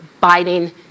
biting